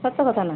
ସତ କଥାନା